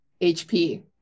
HP